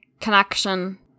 connection